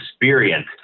experience